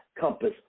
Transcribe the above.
compass